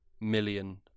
million